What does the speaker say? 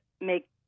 make